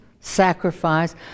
sacrifice